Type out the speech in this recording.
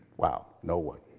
wow, no one.